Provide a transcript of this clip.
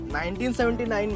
1979